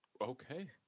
okay